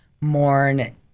mourn